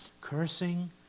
Cursing